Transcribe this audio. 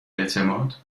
اعتماد